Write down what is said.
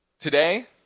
Today